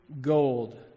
gold